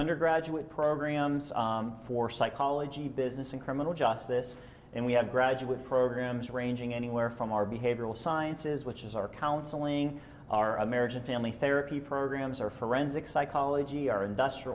undergraduate programs for psychology business and criminal justice and we have graduate programs ranging anywhere from our behavioral sciences which is our counseling our american family therapy programs or forensic psychology our industr